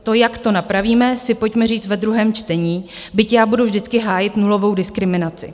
To, jak to napravíme, si pojďme říct ve druhém čtení, byť já budu vždycky hájit nulovou diskriminaci.